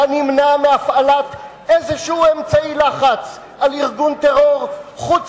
אתה נמנע מהפעלת איזשהו אמצעי לחץ על ארגון טרור חוץ